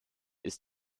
ist